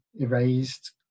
erased